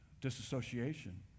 disassociation